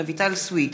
רויטל סויד,